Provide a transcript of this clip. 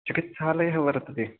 चिकित्सालयः वर्तते